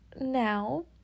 now